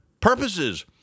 purposes